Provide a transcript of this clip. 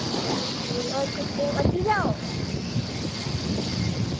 हां ओह् बी ठीक होर कुत्थें ओ हट्टिया ओ